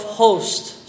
hosts